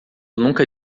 nunca